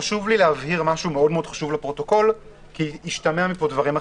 חשוב לי להבהיר משהו חשוב לפרוטוקול כי השתמעו מכאן דברים אחרים.